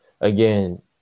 Again